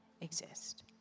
exist